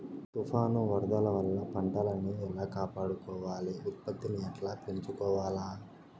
తుఫాను, వరదల వల్ల పంటలని ఎలా కాపాడుకోవాలి, ఉత్పత్తిని ఎట్లా పెంచుకోవాల?